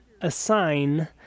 assign